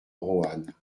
roanne